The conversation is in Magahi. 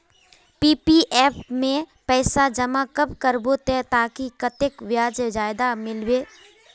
पी.पी.एफ में पैसा जमा कब करबो ते ताकि कतेक ब्याज ज्यादा मिलबे?